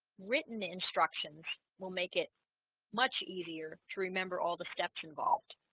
written instructions will make it much easier to remember all the steps involved